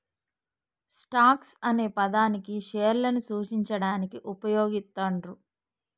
stocks అనే పదాన్ని షేర్లను సూచించడానికి వుపయోగిత్తండ్రు